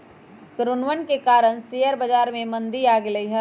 कोरोनवन के कारण शेयर बाजार में मंदी आ गईले है